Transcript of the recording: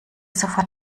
sofort